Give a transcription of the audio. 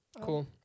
Cool